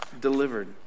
delivered